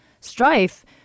strife